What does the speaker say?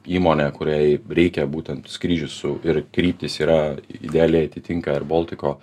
įmonė kuriai reikia būtent skrydžius su ir kryptis yra idealiai atitinka erbaltiko